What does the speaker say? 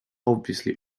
obviously